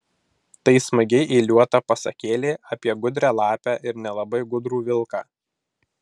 tai smagiai eiliuota pasakėlė apie gudrią lapę ir nelabai gudrų vilką